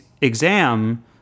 exam